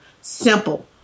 Simple